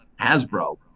Hasbro